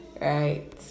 right